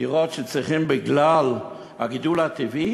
דירות שצריכים בגלל הגידול הטבעי,